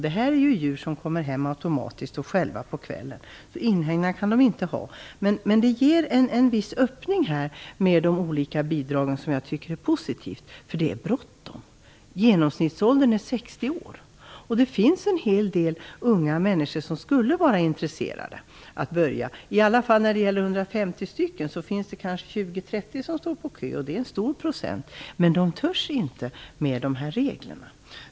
Det är djur som kommer hem automatiskt av sig själva på kvällen. Det går inte att inhägna dem. Det ger en viss öppning med de olika bidragen, vilket jag tycker är positivt, eftersom det är bråttom. Genomsnittsåldern på fäbodbrukare är 60 år. Det finns en hel del unga människor som skulle vara intresserade att börja. Det finns 150 brukare, och det finns kanske 20-30 som står på kö. Det är en stor procent. Men de törs inte med dessa regler.